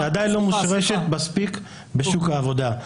-- זו זכות שעדין לא מושרשת מספיק בשוק העבודה.